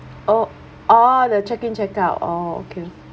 oh orh the check in check out orh okay